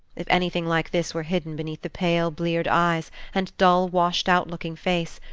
if anything like this were hidden beneath the pale, bleared eyes, and dull, washed-out-looking face,